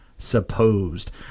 supposed